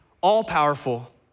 all-powerful